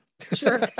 Sure